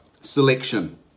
selection